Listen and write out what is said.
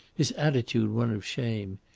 his attitude one of shame.